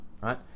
right